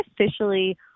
officially